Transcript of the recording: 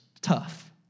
tough